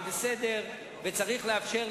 46 חברים,